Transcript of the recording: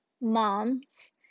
moms